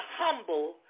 humble